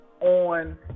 on